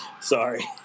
Sorry